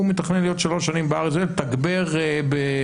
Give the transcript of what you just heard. הוא מתכנן להיות שלוש שנים בארץ לתגבר בשיבא,